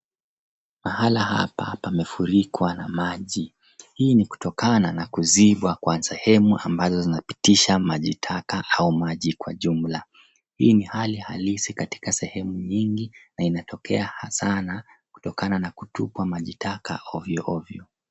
Mahali hapa pamefurikwa na maji. Hii ni kutokana na kuzibwa kwa sehemu ambazo zinapitisha maji taka au maji kwa jumla. Hii ni hali halisi katika sehemu nyingi na inatokea hasa na kutokana na kutupwa maji taka ovyoovyo.